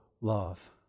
love